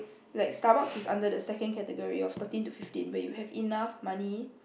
like Starbucks is under second category of thirteen to fifteen but you have enough money